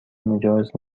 مجاز